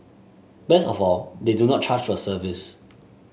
best of all they do not charge for service